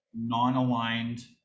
non-aligned